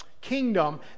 kingdom